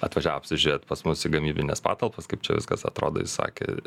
atvažiavo apsižiūrėt pas mus į gamybines patalpas kaip čia viskas atrodo jis sakė